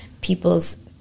people's